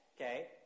okay